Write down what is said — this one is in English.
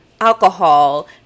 alcohol